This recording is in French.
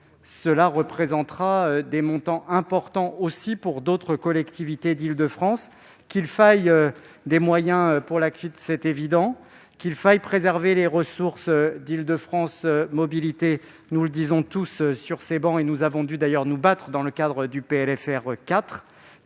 Les montants seront importants, aussi, pour d'autres collectivités d'Île-de-France. Qu'il faille des moyens pour l'Afitf, c'est évident. Qu'il faille préserver les ressources d'Île-de-France Mobilités, nous le disons tous sur ces travées, et nous avons d'ailleurs dû nous battre pour cela dans le cadre du PLFR 4.